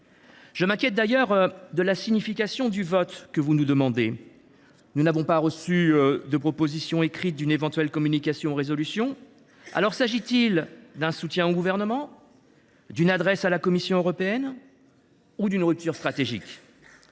Je m’inquiète d’ailleurs de la signification du vote que vous nous demandez, n’ayant reçu aucune proposition écrite d’une éventuelle communication ou résolution. S’agit il d’un soutien au Gouvernement, d’une adresse à la Commission européenne ou d’une rupture stratégique ?